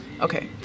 okay